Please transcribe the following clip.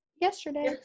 yesterday